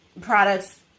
products